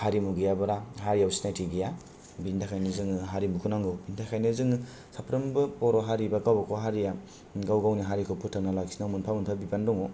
हारिमु गैयाबोब्ला हारियाव सिनायथि गैया बिनि थाखायनो जोङो हारिमुखौ नांगौ बिनि थाखायनो जोङो साफ्रोमबो बर' हारि बा गावबागाव हारिआ गाव गावनि हारिखौ फोथांना लाखिनायाव मोनफा मोनफा बिबान दङ